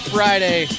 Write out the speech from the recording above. Friday